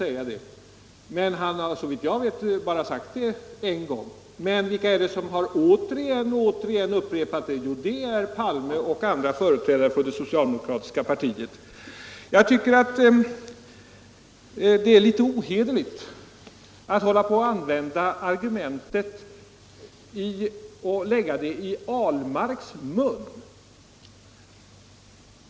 I så fall har han, såvitt jag vet, bara sagt det en gång. Men vilka är det som åter och återigen upprepat det” Jo, det är Palme och andra företrädare för det socialdemokratiska partiet. Jag tycker att det är litet ohederligt att hålla på att använda argumentet och lägga det i herr Ahlmarks mun.